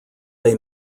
they